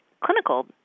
clinical